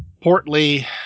portly